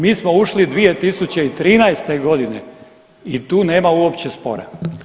Mi smo ušli 2013. godine i tu nema uopće spora.